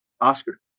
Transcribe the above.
Oscar